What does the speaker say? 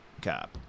cop